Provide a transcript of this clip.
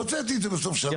והוצאתי את זה בסוף השנה.